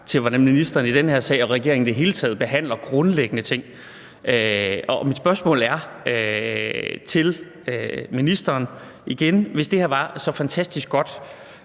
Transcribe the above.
til, hvordan ministeren i den her sag – og regeringen i det hele taget – behandler grundlæggende ting. Mit spørgsmål til ministeren er igen: Hvis det her var så fantastisk godt,